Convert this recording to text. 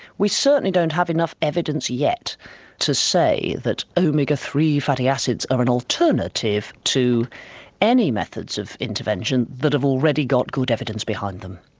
we certainly don't have enough evidence yet to say that omega three fatty acids are an alternative to any methods of intervention that have already got good evidence behind them.